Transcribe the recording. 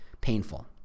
painful